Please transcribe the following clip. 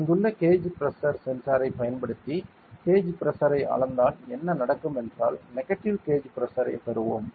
இங்குள்ள gauge pressure sensor பயன்படுத்தி gauge பிரஷரை அளந்தால் என்ன நடக்கும் என்றால் நெகட்டிவ் கேஜ் பிரஷரைப் பெறுவோம்